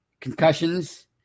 concussions